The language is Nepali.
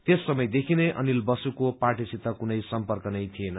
त्यस समय देखिनै अनिल बसुको पार्टीसित कुनै सम्पर्क नै थिएन